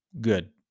Good